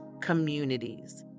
communities